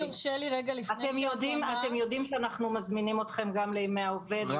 אתם יודעים שאנחנו מזמינים אתכם גם לימי העובד.